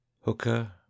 Hooker